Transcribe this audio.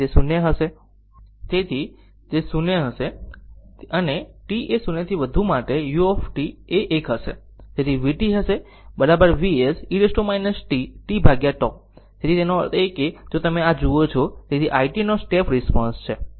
તેથી તે 0 હશે અને t એ 0 થી વધુ માટે u 1 હશે તે vt હશે Vs e t tτ તેથી તેનો અર્થ એ છે કે જો તમે આ જુઓ છો તેથી i t નો સ્ટેપ રિસ્પોન્સ છે